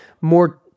more